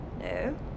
No